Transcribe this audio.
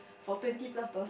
for twenty plus dollars